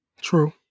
true